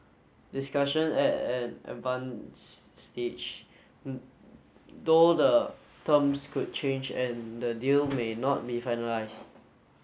discussion at an advanced stage though the terms could change and the deal may not be finalised